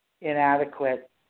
inadequate